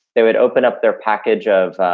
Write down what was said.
they would open up their package of